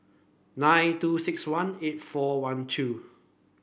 nine two six one eight four one two